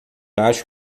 acho